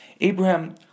Abraham